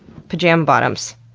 pajama bottoms,